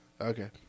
Okay